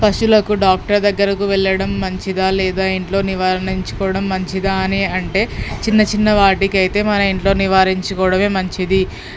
పశువులకు డాక్టర్ దగ్గరకి వెళ్ళడం మంచిదా లేదా ఇంట్లో నివారించుకోవడం మంచిదా అని అంటే చిన్న చిన్న వాటికైతే మన ఇంట్లో నివారించుకోవడమే మంచిది